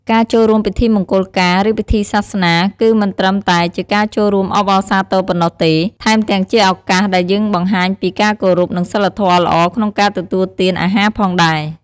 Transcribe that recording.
ការចូលរួមពិធីមង្គលការ ឬពិធីសាសនា គឺមិនត្រឹមតែជាការចូលរួមអបអរសាទរប៉ុណ្ណោះទេ ថែមទាំងជាឱកាសដែលយើងបង្ហាញពីការគោរព និងសីលធម៌ល្អក្នុងការទទួលទានអាហារផងដែរ។